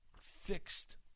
fixed